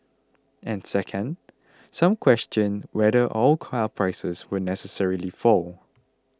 and second some question whether all car prices will necessarily fall